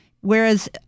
Whereas